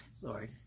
lord